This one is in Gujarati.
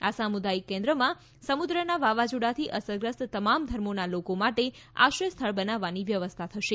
આ સામુદાયિક કેન્દ્રમાં સમુદ્રના વાવાઝોડાથી અસરગ્રસ્ત તમામ ધર્મોના લોકો માટે આશ્રય સ્થળ બનાવવાની વ્યવસ્થા થશે